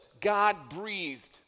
God-breathed